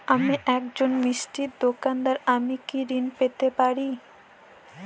আমি একজন মিষ্টির দোকাদার আমি কি ঋণ পেতে পারি?